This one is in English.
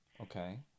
Okay